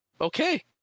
Okay